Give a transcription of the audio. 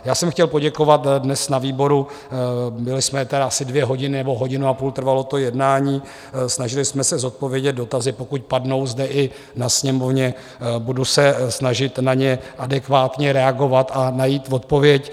Já jsem chtěl poděkovat dnes na výboru, byli jsme tedy asi dvě hodiny nebo hodinu a půl trvalo to jednání, snažili jsme se zodpovědět dotazy, pokud padnou zde i na Sněmovně, budu se snažit na ně adekvátně reagovat a najít odpověď.